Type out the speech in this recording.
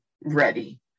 ready